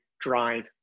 drive